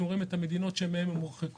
אתם רואים את המדינות שמהם הם הורחקו.